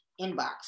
Inbox